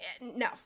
no